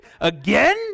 Again